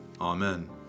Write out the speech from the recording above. Amen